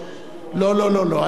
לא, אל תדאג.